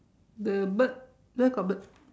the bird where got bird